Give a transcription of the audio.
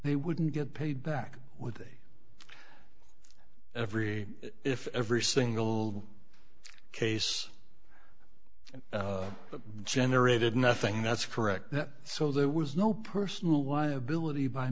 they wouldn't get paid back with a every if every single case that generated nothing that's correct that so there was no personal liability by